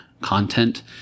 content